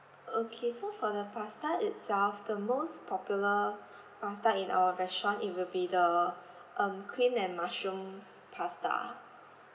okay so for the pasta itself the most popular pasta in our restaurant it will be the um cream and mushroom pasta